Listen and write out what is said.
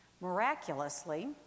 Miraculously